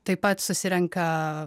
taip pat susirenka